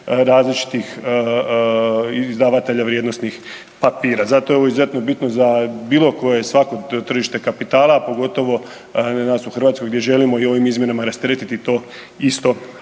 različitih izdavatelja vrijednosnih papira. Zato je ovo izuzetno bitno za bilo koje svako tržište kapitala, a pogotovo nas u Hrvatskoj gdje želimo i ovim izmjenama rasteretit i to isto